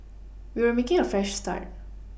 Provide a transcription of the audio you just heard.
we were making a fresh start